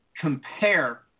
Compare